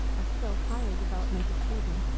a still higher development of treason,